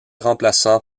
remplaçant